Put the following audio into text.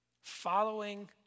Following